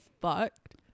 fucked